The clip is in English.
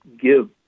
give